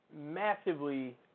massively